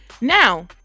now